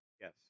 Yes